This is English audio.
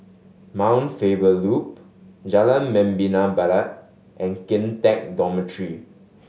Mount Faber Loop Jalan Membina Barat and Kian Teck Dormitory